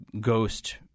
ghost